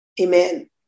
Amen